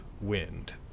wind